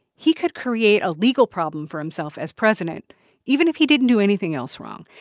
he could create a legal problem for himself as president even if he didn't do anything else wrong.